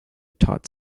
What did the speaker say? taught